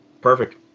Perfect